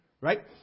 right